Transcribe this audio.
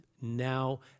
now